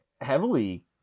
heavily